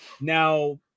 Now